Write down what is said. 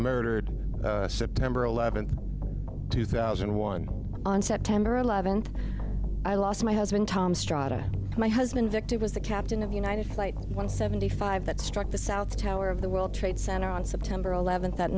murdered september eleventh two thousand and one on september eleventh i lost my husband tom strada my husband victim was the captain of united flight one seventy five that struck the south tower of the world trade center on september eleventh at